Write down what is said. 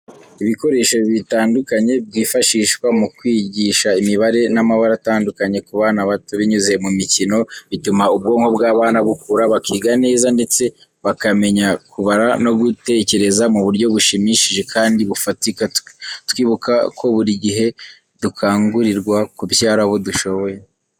Ibikoresho bitandukanye byifashishwa mu kwigisha imibare n’amabara atandukanye ku bana bato, binyuze mu mikino. Bituma ubwonko bw'abana bukura bakiga neza ndetse bakamenya kubara no gutekereza mu buryo bushimishije kandi bufatika. Twibuka ko buri gihe dukangurirwa kubyara abo dushoboye.